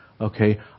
Okay